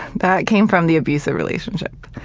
that came from the abusive relationship.